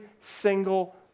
single